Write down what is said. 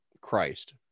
Christ